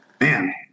man